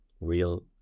real